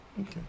okay